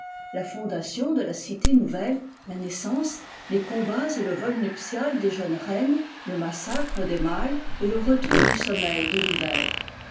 la fondation de la cité nouvelle la naissance les combats et le vol nuptial des jeunes reines le massacre des mâles et le retour du sommeil de thiver